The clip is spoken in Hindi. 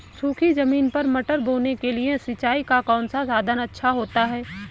सूखी ज़मीन पर मटर बोने के लिए सिंचाई का कौन सा साधन अच्छा होता है?